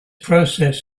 process